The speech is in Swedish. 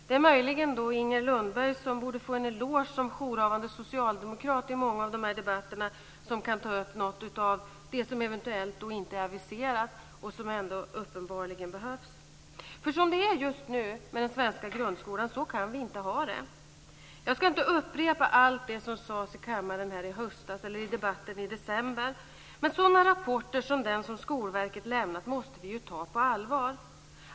Det är möjligen Inger Lundberg, som borde få en eloge som jourhavande socialdemokrat i många av dessa debatter, som kan ta upp något av det som eventuellt inte är aviserat och som ändå uppenbarligen behövs. Som det är just nu med den svenska grundskolan kan vi inte ha det. Jag ska inte upprepa allt som sades i kammaren här i höstas eller i debatten i december. Men sådana rapporter som den Skolverket lämnat måste vi ta på allvar.